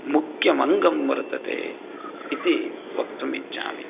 मुख्यमङ्गं वर्तते इति वक्तुम् इच्छामि